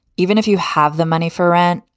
even if you have the money for rent.